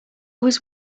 was